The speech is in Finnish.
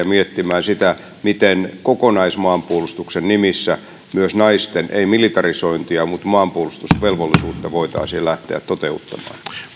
miettimään myöskin sitä miten kokonaismaanpuolustuksen nimissä myös naisten ei militarisointia mutta maanpuolustusvelvollisuutta voitaisiin lähteä toteuttamaan